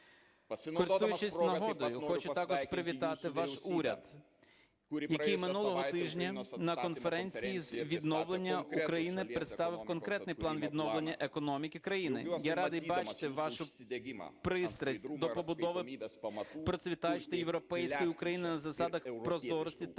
Користуючись нагодою, хочу також привітати ваш уряд, який минулого тижня на Конференції з відновлення України представив конкретний План відновлення економіки країни. Я радий бачити вашу пристрасть до побудови процвітаючої європейської України на засадах прозорості та